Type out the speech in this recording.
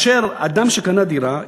אדם שקנה דירה,